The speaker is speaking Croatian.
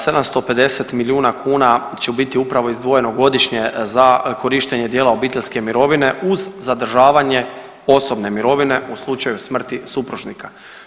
750 milijuna kuna će biti upravo izdvojeno godišnje za korištenje dijela obiteljske mirovine uz zadržavanje osobne mirovine u slučaju smrti supružnika.